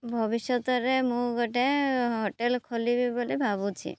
ଭବିଷ୍ୟତରେ ମୁଁ ଗୋଟେ ହୋଟେଲ୍ ଖୋଲିବି ବୋଲି ଭାବୁଛି